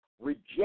reject